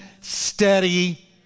steady